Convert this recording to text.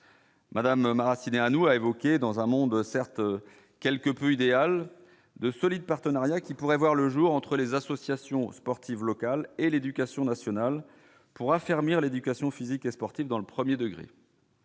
Madame Maracineanu a évoqué dans un monde certes quelque peu idéal de solides partenariats qui pourrait voir le jour entre les associations sportives locales et l'éducation nationale pour affermir l'éducation physique et sportive, dans le 1er degré.